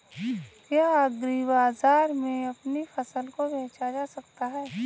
क्या एग्रीबाजार में अपनी फसल को बेचा जा सकता है?